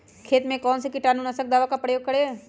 खेत में कौन से कीटाणु नाशक खाद का प्रयोग करें?